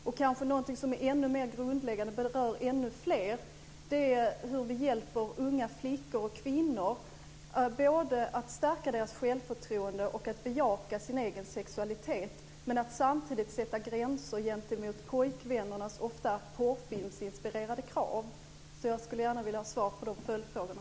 Något som kanske är ännu mer grundläggande och berör ännu fler är hur vi hjälper unga flickor och kvinnor både att stärka deras självförtroende och att bejaka sin egen sexualitet, men att samtidigt sätta gränser gentemot pojkvännernas ofta porrfilmsinspirerade krav. Jag skulle gärna vilja ha svar på de följdfrågorna.